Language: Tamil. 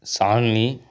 ஷால்னி